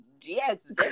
Yes